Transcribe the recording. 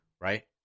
right